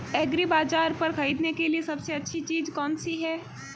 एग्रीबाज़ार पर खरीदने के लिए सबसे अच्छी चीज़ कौनसी है?